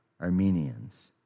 Armenians